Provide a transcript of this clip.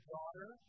Daughter